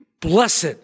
Blessed